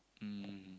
mm